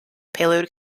payload